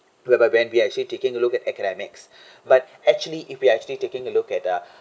whereby when we're actually taking a look at academics but actually if we actually taking a look at uh